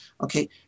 Okay